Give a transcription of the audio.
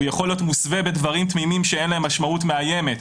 הוא יכול להיות מוסווה בדברים תמימים שאין להם משמעות מאיימת.